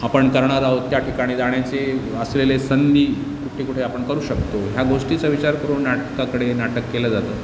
आपण करणार आहोत त्याठिकाणी जाण्याची असलेले संधी कुठे कुठे आपण करू शकतो ह्या गोष्टीचा विचार करून नाटकाकडे नाटक केलं जातं